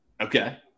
Okay